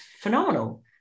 phenomenal